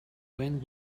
when